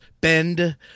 bend